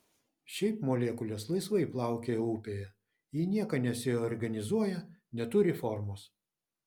šiaip molekulės laisvai plaukioja upėje į nieką nesiorganizuoja neturi formos